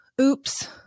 oops